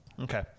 Okay